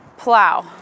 plow